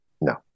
No